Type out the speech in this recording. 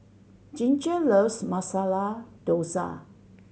Ginger loves Masala Dosa